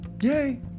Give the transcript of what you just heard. Yay